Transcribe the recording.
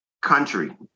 country